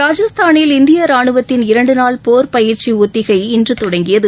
ராஜஸ்தானில் இந்திய ராணுவத்தின் இரண்டு நாள் போா் பயிற்சி ஒத்திகை இன்று தொடங்கியது